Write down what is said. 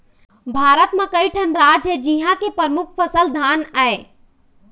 भारत म कइठन राज हे जिंहा के परमुख फसल धान आय